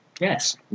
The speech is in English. Yes